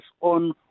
on